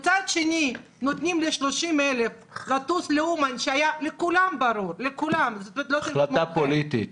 מצד שני נותנים ל-30,000 לטוס לאומן כשלכולם ברור --- החלטה פוליטית.